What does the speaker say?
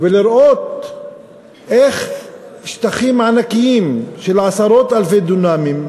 ולראות איך שטחים ענקיים של עשרות אלפי דונמים,